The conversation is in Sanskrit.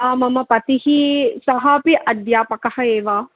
हा मम पतिः सः अपि अध्यापकः एव